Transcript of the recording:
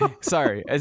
Sorry